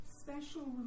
special